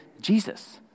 Jesus